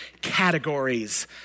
categories